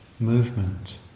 movement